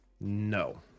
No